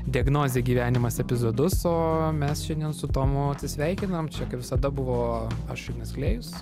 diagnozė gyvenimas epizodus o mes šiandien su tomu atsisveikinam čia kaip visada buvo aš ignas klėjus